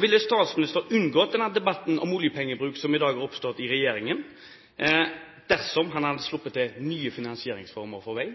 Ville statsministeren ha unngått den debatten om oljepengebruk som i dag har oppstått i regjeringen, dersom han hadde sluppet til nye finansieringsformer for vei,